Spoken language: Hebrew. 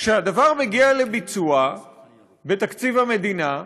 כשהדבר מגיע לביצוע בתקציב המדינה,